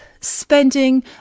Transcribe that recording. spending